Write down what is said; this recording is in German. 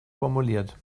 formuliert